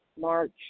March